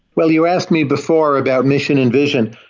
well, you asked me before about mission invasion,